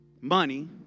money